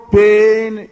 pain